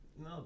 No